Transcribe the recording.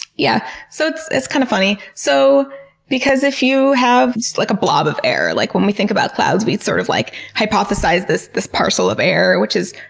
yeah, so it's kinda kind of funny. so because if you have, like, a blob of air, like when we think about clouds, we sort of like hypothesize this this parcel of air, which is,